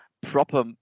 proper